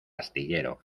astillero